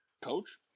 Coach